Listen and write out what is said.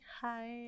hi